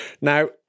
now